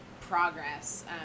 progress